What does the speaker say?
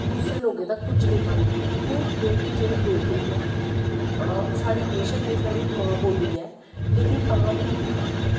दुएं लोकें तक पुज्जी नी पांदी क्यों क्योंकि जेह्ड़ी डोगरी ऐ साढ़ी बैश्क्क एह् मां बोली ऐ लेकिन तां बी